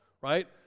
right